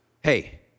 Hey